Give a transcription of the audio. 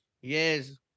Yes